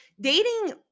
dating